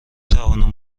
توانم